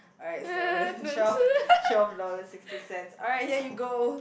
alright so twelve twelve dollars sixty cents alright here you go